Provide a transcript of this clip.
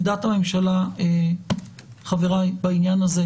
מה עמדת הממשלה בעניין הזה?